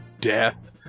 death